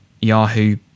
Yahoo